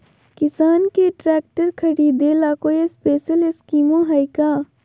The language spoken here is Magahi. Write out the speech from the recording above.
किसान के ट्रैक्टर खरीदे ला कोई स्पेशल स्कीमो हइ का?